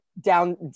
down